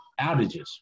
outages